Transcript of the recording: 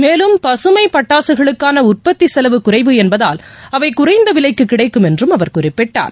மேலும் பசுமைப் பட்டாசுகளுக்கான உற்பத்தி செலவு குறைவதால் அவை குறைந்த விலைக்குக் கிடைக்கும் என்றும் அவர் குறிப்பிட்டார்